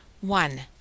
one